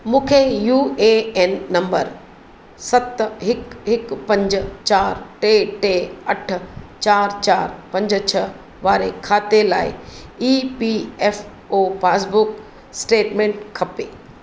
मूंखे U A N number सत हिकु हिकु पंज चारि टे टे अठ चारि चारि पंज छह वारे खाते लाइ E P F O passbook statement खपे